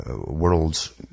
Worlds